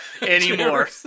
anymore